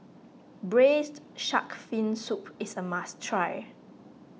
Braised Shark Fin Soup is a must try